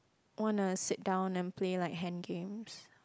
wanna sit down and play like hand games